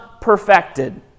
perfected